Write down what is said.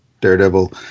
Daredevil